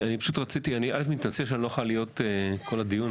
אני מתנצל שלא אוכל להיות בכל הדיון,